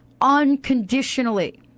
unconditionally